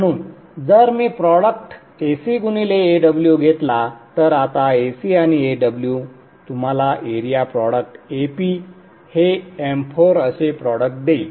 म्हणून जर मी प्रॉडक्ट Ac गुणिलेAw घेतला तर आता Ac मधीलAw तुम्हाला एरिया प्रॉडक्ट Ap हे m4 असे प्रॉडक्ट देईल